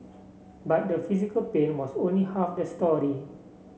but the physical pain was only half the story